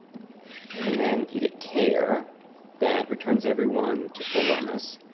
and then you get care that returns everyone to full wellness.